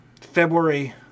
February